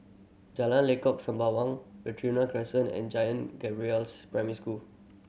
Jalan Lengkok Sembawang Crescent and Gabriel's Primary School